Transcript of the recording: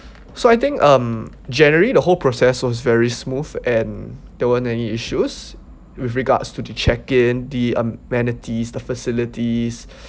so I think um generally the whole process was very smooth and there weren't any issues with regards to the check in the um amenities the facilities